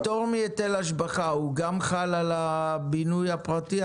הפטור מהיטל השבחה גם חל על הבינוי הפרטי,